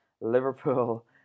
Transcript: Liverpool